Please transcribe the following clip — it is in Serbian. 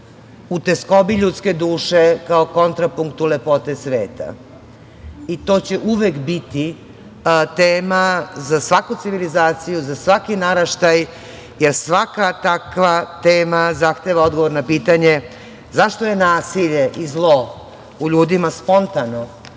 u teskobi ljudske duše kao kontrapunktu lepote sveta i to će uvek biti tema za svaku civilizaciju, za svaki naraštaj, jer svaka takva tema zahteva odgovor na pitanje zašto je nasilje i zlo u ljudima spontano,